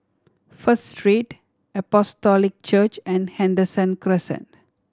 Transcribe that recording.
First Street Apostolic Church and Henderson Crescent